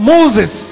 Moses